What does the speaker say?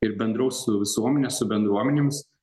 ir bendraus su visuomene su bendruomenėmis